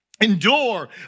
endure